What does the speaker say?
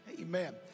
Amen